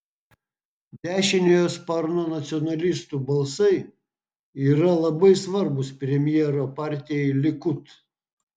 dešiniojo sparno nacionalistų balsai yra labai svarbūs premjero partijai likud